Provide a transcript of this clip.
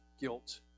guilt